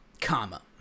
comma